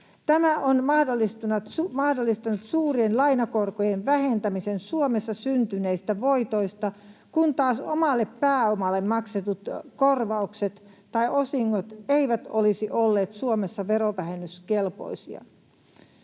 Tämä on mahdollistanut suurien lainakorkojen vähentämisen Suomessa syntyneistä voitoista, kun taas omalle pääomalle maksetut korvaukset tai osingot eivät olisi olleet Suomessa verovähennyskelpoisia.